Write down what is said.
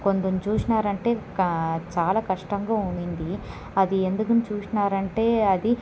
కొంచెం చూసినారంటే చాలా కష్టంగా ఉండింది అది ఎందుకు చూసినారంటే అది